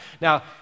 Now